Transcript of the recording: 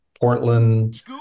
Portland